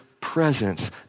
presence